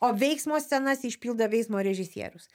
o veiksmo scenas išpildo veiksmo režisierius